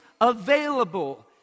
available